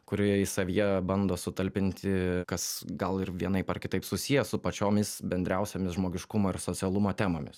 kuri savyje bando sutalpinti kas gal ir vienaip ar kitaip susiję su pačiomis bendriausiomis žmogiškumo ir socialumo temomis